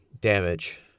damage